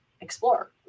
explore